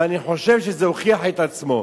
ואני חושב שזה הוכיח את עצמו.